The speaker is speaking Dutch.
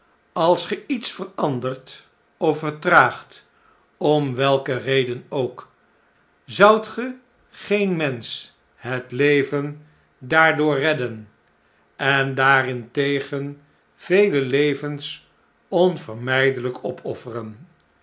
als ge iets verandert of vertraagt om welke reden ook zoudt ge geen mensch het leven daardoor redden en daarentegen vele levens onvermijdeljjk opofferen